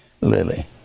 lily